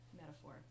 metaphor